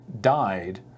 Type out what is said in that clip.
died